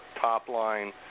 top-line